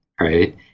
right